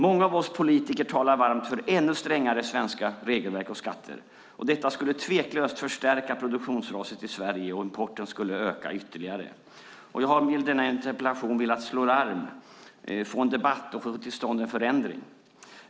Många av oss politiker talar varmt för ännu strängare svenska regelverk och skatter. Detta skulle tveklöst förstärka produktionsraset i Sverige, och importen skulle öka ytterligare. Jag har med denna interpellation velat slå larm, få en debatt och få till stånd en förändring.